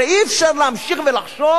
הרי אי-אפשר להמשיך ולחשוב